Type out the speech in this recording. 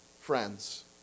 friends